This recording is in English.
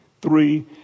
three